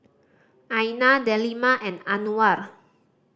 Aina Delima and Anuar